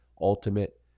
ultimate